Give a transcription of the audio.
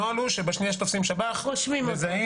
הנוהל הוא שבשנייה שתופסים שב"ח מזהים,